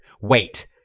Wait